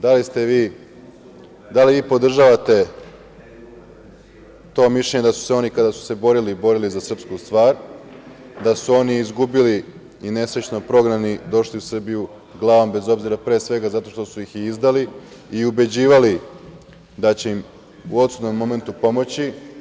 Da li vi podržavate to mišljenje da su se oni kada su se borili borili za srpsku stvar, da su oni izgubili i nesrećno prognani, došli u Srbiju glavom bez obzira, pre svega zato što su ih i izdali i ubeđivali da će im u odsutnom momentu pomoći?